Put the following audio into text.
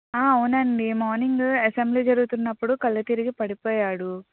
అవునండి morning assembly జరుగుతునప్పుడు కళ్ళు తిరిగి పడిపోయాడు